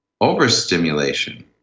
Overstimulation